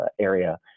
area